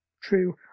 True